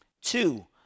Two